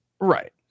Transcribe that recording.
Right